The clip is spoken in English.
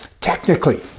Technically